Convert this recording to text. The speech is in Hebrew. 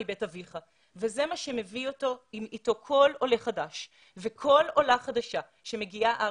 מבית אביך וזה מה שמביא אתו כל עולה חדש וכל עולה חדשה שמגיעה ארצה.